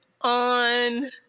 on